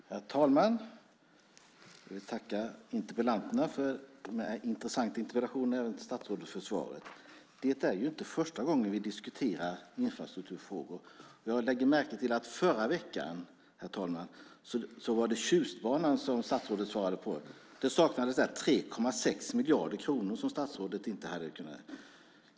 Herr talman! Jag vill tacka interpellanterna för de intressanta interpellationerna och statsrådet för svaret. Det är inte första gången vi diskuterar infrastrukturfrågor. Jag lade märke till att förra veckan, herr talman, var det frågor om Tjustbanan som statsrådet svarade på. Det saknades 3,6 miljarder kronor som statsrådet inte hade kunnat få fram.